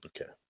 Okay